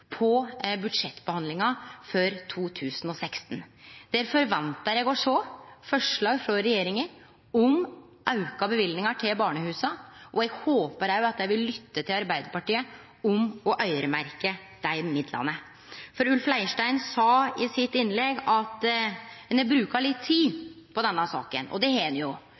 på budsjettbehandlinga for 2016. Der forventar eg å sjå forslag frå regjeringa om auka løyvingar til barnehusa, og eg håpar òg at dei vil lytte til Arbeidarpartiet om å øyremerkje dei midlane. Ulf Leirstein sa i sitt innlegg at ein har brukt litt tid på denne saka, og det har ein jo.